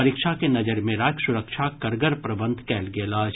परीक्षा के नजरि मे राखि सुरक्षाक कड़गर प्रबंध कयल गेल अछि